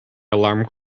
alarm